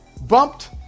bumped